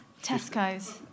Tesco's